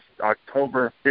October